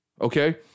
Okay